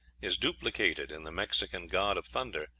is duplicated in the mexican god of thunder,